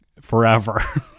forever